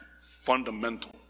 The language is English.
fundamental